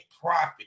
profit